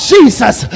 Jesus